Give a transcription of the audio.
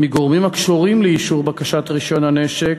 מגורמים הקשורים לאישור בקשת רישיון הנשק